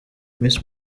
miss